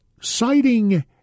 citing